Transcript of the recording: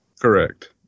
Correct